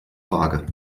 vage